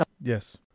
Yes